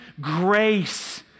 grace